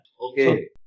okay